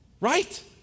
right